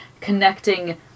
connecting